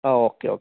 ആ okay okay